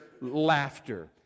laughter